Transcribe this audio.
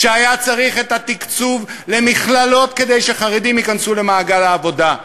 כשהיה צריך את התקצוב למכללות כדי שחרדים ייכנסו למעגל העבודה.